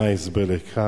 מה הוא ההסבר לכך?